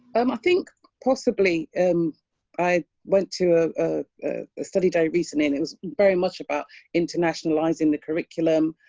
um, i think possibly and i went to a study day recently and it was very much about internationalizing the curriculum.